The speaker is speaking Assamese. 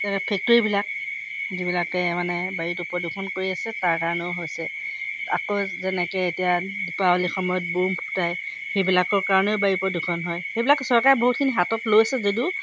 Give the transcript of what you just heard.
যেনেকৈ ফেক্টৰীবিলাক যিবিলাকে মানে বায়ুটো প্ৰদূষণ কৰি আছে তাৰ কাৰণেও হৈছে আকৌ যেনেকৈ এতিয়া দীপাৱলী সময়ত বোম ফুটাই সেইবিলাকৰ কাৰণেও বায়ু প্ৰদূষণ হয় সেইবিলাক চৰকাৰে বহুতখিনি হাতত লৈছে যদিও